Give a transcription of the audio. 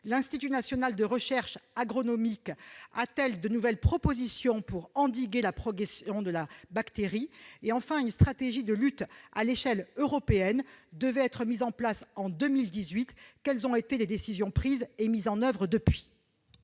L'Institut national de recherche agronomique (INRA) a-t-il de nouvelles propositions pour endiguer la progression de la bactérie ? Enfin, une stratégie de lutte à l'échelle européenne devait être mise en place en 2018. Quelles ont été les décisions prises et mises en oeuvre depuis ?